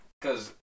cause